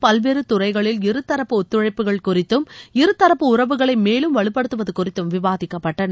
பல்வேறு துறைகளில் இருதரப்பு ஒத்துழைப்புகள் குறித்தும் இருதரப்பு உறவுகளை மேலும் வலுப்படுத்துவது குறித்தும் விவாதிக்கப்பட்டன